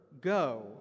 go